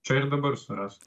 čia ir dabar surastų